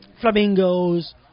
flamingos